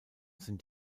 sind